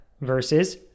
versus